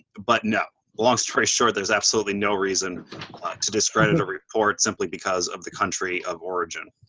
but, no, long story short, there's absolutely no reason to discredit a report simply because of the country of origin.